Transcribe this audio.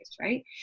right